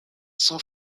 son